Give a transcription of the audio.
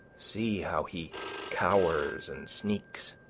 see how he cowers and sneaks,